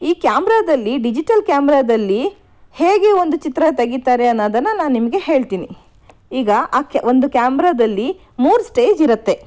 ಈ ಕ್ಯಾಮ್ರಾದಲ್ಲಿ ಡಿಜಿಟಲ್ ಕ್ಯಾಮ್ರಾದಲ್ಲಿ ಹೇಗೆ ಒಂದು ಚಿತ್ರ ತೆಗಿತಾರೆ ಅನ್ನೋದನ್ನು ನಾನು ನಿಮಗೆ ಹೇಳ್ತೀನಿ ಈಗ ಆ ಒಂದು ಕ್ಯಾಮ್ರಾದಲ್ಲಿ ಮೂರು ಸ್ಟೇಜ್ ಇರತ್ತೆ